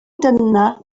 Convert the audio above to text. dyna